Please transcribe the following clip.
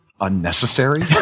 unnecessary